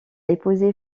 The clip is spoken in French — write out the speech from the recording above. épousé